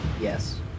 yes